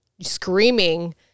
screaming